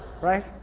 right